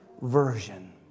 version